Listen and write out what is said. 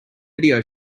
video